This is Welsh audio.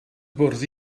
bwrdd